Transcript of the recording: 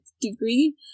degree